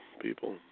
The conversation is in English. people